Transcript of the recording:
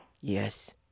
Yes